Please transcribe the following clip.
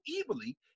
evilly